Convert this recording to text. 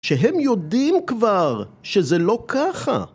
שהם יודעים כבר שזה לא ככה